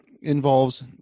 involves